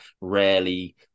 Rarely